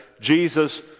Jesus